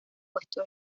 puesto